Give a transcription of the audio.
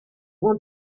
want